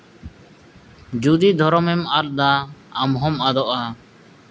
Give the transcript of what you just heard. ᱡᱩᱫᱤ ᱫᱷᱚᱨᱚᱢᱮᱢ ᱟᱫᱟ ᱟᱢ ᱦᱚᱸᱢ ᱟᱫᱚᱜᱼᱟ